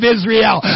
Israel